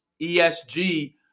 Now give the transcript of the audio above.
ESG